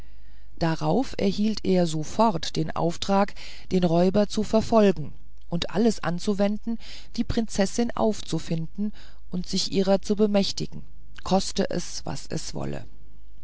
darauf erhielt er sofort den auftrag den räuber zu verfolgen und alles anzuwenden die prinzessin aufzufinden und sich ihrer zu bemächtigen koste es was es wolle